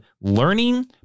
learning